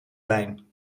lijn